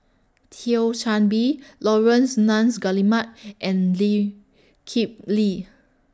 Thio Chan Bee Laurence Nunns Guillemard and Lee Kip Lee